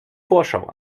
vorschau